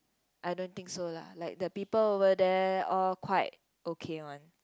I don't think so lah like the people over there all quite okay one